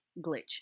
glitch